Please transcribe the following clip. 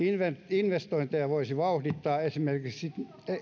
investointeja voisi vauhdittaa esimerkiksi